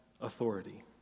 authority